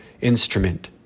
instrument